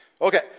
Okay